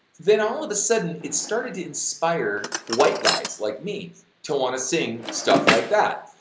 then all of a sudden, it started to inspire white guys like me to want to sing stuff like that.